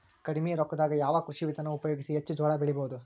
ಕಡಿಮಿ ರೊಕ್ಕದಾಗ ಯಾವ ಕೃಷಿ ವಿಧಾನ ಉಪಯೋಗಿಸಿ ಹೆಚ್ಚ ಜೋಳ ಬೆಳಿ ಬಹುದ?